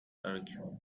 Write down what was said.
argue